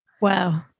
Wow